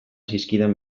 zizkidan